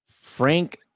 Frank